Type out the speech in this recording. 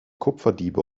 kupferdiebe